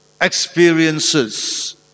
experiences